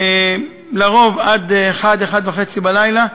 לרוב עד 01:00, 01:30, בלילה,